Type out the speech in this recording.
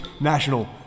national